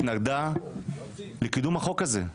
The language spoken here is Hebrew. התנגדה לקידום החוק הזה.